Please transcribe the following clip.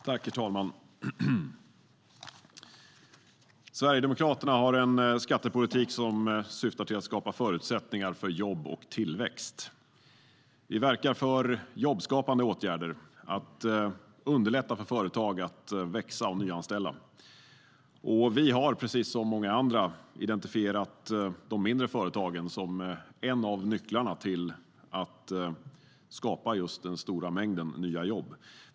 Herr talman! Sverigedemokraterna har en skattepolitik som syftar till att skapa förutsättningar för jobb och tillväxt. Vi verkar för jobbskapande åtgärder och för att underlätta för företag att växa och nyanställa. Vi har precis som många andra identifierat de mindre företagen som en av nycklarna till att skapa en stor mängd nya jobb.